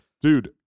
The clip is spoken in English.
Dude